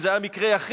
אם זה היה מקרה יחיד,